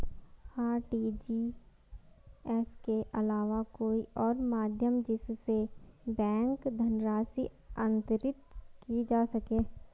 RTGS के अलावा कोई और माध्यम जिससे बैंक धनराशि अंतरित की जा सके?